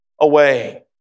away